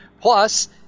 Plus